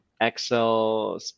excel